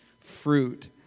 fruit